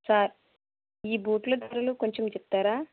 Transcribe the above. sir ఈ బూట్లు ధరలు కొంచెం చెప్తారా